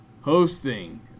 hosting